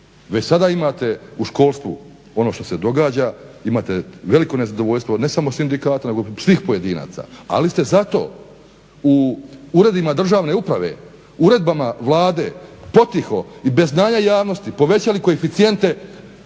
Već sada imate u školstvu ono što se događa, imate veliko nezadovoljstvo ne samo sindikata, nego svih pojedinaca ali ste zato u uredima državne uprave uredbama vlade potiho i bez znanja javnosti povećali koeficijente